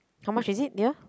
how much is it dear